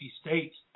states